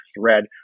thread